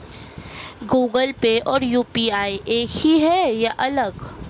Google Pay और UPI एक ही है या अलग?